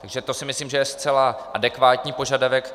Takže to si myslím, že je zcela adekvátní požadavek.